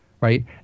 Right